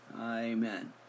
Amen